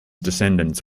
descendants